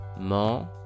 mon